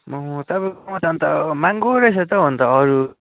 आम्मा हो तपाईँकोमा त अन्त महँगो रहेछ त हौ अन्त अरू